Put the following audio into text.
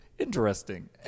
Interesting